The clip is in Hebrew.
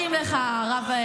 השרה, בואי, לא מתאים לך, הרב.